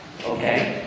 Okay